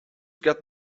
got